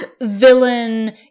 villain